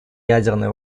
ядерной